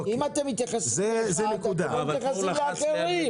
אם אתם מתייחסים לאחד, אתם לא מתייחסים לאחרים.